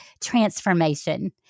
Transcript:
transformation